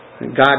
God